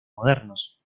modernos